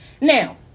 Now